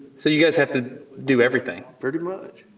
so you guys have to do everything. pretty much.